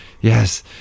Yes